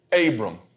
Abram